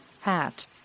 hat